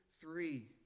three